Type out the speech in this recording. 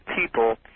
people